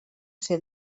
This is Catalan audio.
ser